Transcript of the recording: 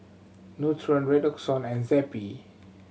Nutren Redoxon and Zappy